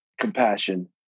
compassion